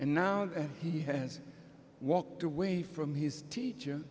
and now he has walked away from his teacher